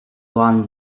one